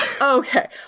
Okay